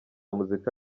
muzika